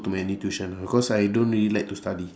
too any tuition ah cause I don't really like to study